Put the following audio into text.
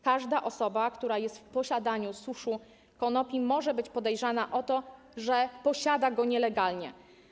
Każda osoba, która jest w posiadaniu suszu konopi, może być podejrzana o to, że posiada go nielegalnie.